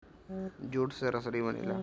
jute से रसरी बनेला